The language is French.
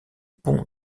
pont